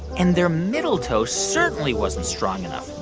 and their middle toe certainly wasn't strong enough.